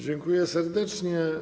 Dziękuję serdecznie.